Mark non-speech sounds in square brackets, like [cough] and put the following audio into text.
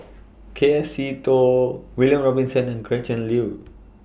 [noise] K F Seetoh William Robinson and Gretchen Liu